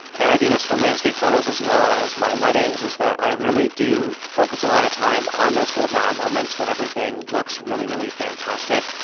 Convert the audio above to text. and i do this for landscape photos as well as my weddings, is that i really do focus a lot of time on those golden hour moments when everything looks really, really fantastic.